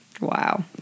Wow